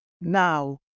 Now